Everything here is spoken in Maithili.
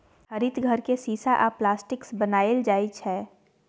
हरित घर केँ शीशा आ प्लास्टिकसँ बनाएल जाइ छै